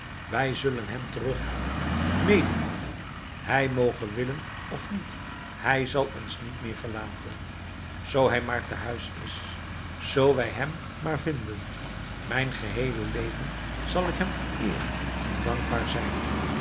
wij zullen hem terughalen medenemen hij moge willen of niet hij zal ons niet meer verlaten zoo hij maar te huis is zoo wij hem maar vinden mijn geheele leven zal ik hem vereeren en dankbaar zijn